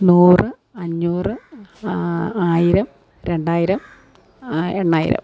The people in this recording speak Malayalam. നൂറ് അഞ്ഞൂറ് ആയിരം രണ്ടായിരം എണ്ണായിരം